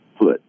foot